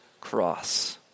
cross